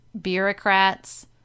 bureaucrats